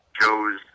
Joe's